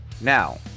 Now